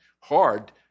hard